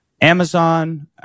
Amazon